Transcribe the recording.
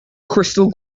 crystal